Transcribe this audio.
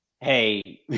Hey